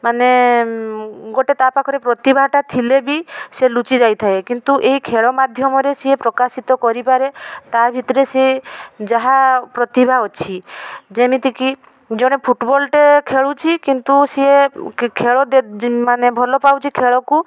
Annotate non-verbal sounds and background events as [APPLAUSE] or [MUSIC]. ମାନେ ଗୋଟିଏ ତା' ପାଖରେ ପ୍ରତିଭାଟା ଥିଲେ ବି ସେ ଲୁଚି ଯାଇଥାଏ କିନ୍ତୁ ଏହି ଖେଳ ମାଧ୍ୟମରେ ସେ ପ୍ରକାଶିତ କରିପାରେ ତା' ଭିତରେ ସେ ଯାହା ପ୍ରତିଭା ଅଛି ଯେମିତିକି ଜଣେ ଫୁଟୁବଲ୍ଟିଏ ଖେଳୁଛି କିନ୍ତୁ ସେ ଖେଳ [UNINTELLIGIBLE] ମାନେ ଭଲପାଉଛି ଖେଳକୁ